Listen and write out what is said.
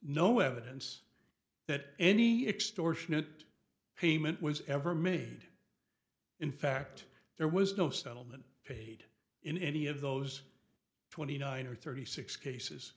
no evidence that any extortionate payment was ever made in fact there was no settlement paid in any of those twenty nine or thirty six cases